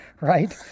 right